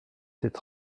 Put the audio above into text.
cette